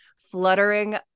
fluttering